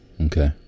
Okay